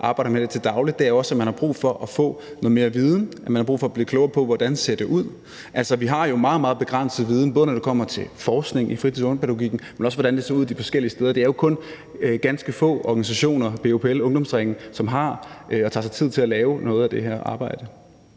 arbejder med det til dagligt. Det handler også om, at man har brug for at få noget mere viden, og man har brug for at blive klogere på, hvordan det ser ud. Altså, vi har jo meget, meget begrænset viden, både når det kommer til forskning i fritids- og ungdomspædagogikken, men også når det kommer til, hvordan det ser ud de forskellige steder. Det er jo kun ganske få organisationer, BUPL og Ungdomsringen, som tager sig tid til at lave noget af det her arbejde.